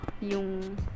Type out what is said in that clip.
yung